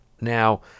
Now